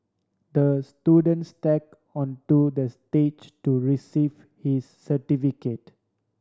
the student onto the stage to receive his certificate